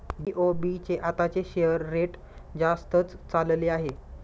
BOB चे आताचे share rate जास्तच चालले आहे